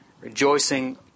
Rejoicing